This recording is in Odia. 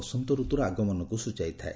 ହୋଲି ବସନ୍ତ ରତୁର ଆଗମନକୁ ସୂଚାଇଥାଏ